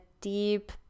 deep